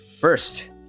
first